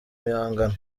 bihangano